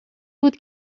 بود